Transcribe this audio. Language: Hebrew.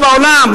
לא בעולם,